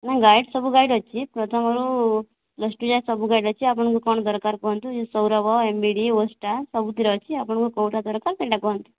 ହଁ ଗାଇଡ଼ ସବୁ ଗାଇଡ଼ ଅଛି ପ୍ରଥମରୁ ପ୍ଲସ ଟୁ ଯାଏଁ ସବୁ ଗାଇଡ଼ ଅଛି ଆପଣଙ୍କୁ କ'ଣ ଦରକାର କୁହନ୍ତୁ ୟୁ ସୌରଭ ଏମବିଡ଼ି ଓଷ୍ଟା ସବୁଥିରେ ଅଛି ଆପଣଙ୍କୁ କେଉଁଟା ଦରକାର ସେହିଟା କୁହନ୍ତୁ